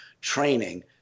training